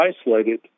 isolated